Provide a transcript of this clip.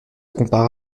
compara